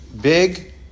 big